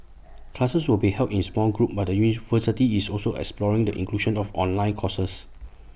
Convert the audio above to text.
classes will be held in small groups but the university is also exploring the inclusion of online courses